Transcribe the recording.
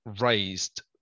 raised